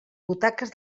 butaques